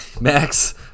Max